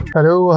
Hello